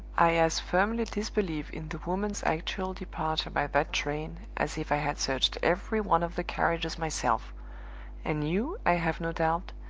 i as firmly disbelieve in the woman's actual departure by that train as if i had searched every one of the carriages myself and you, i have no doubt,